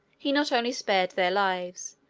he not only spared their lives,